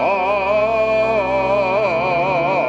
oh